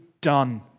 done